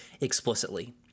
explicitly